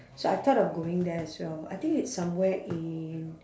so I thought of going there as well I think it's somewhere in